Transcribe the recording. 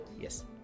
Yes